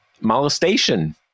molestation